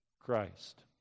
Christ